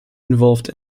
involved